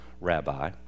rabbi